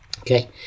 Okay